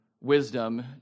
wisdom